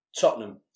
Tottenham